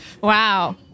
Wow